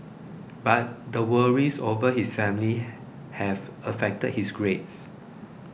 but the worries over his family have affected his grades